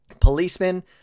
policemen